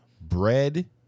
bread